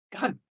God